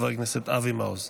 חבר הכנסת אבי מעוז.